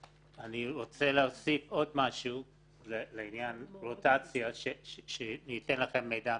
אני רוצה להוסיף לעניין הרוטציה מידע נוסף.